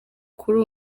kuri